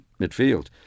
midfield